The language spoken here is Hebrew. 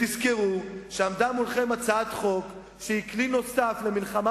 תזכרו שעמדה מולכם הצעת חוק שהיא כלי נוסף למלחמה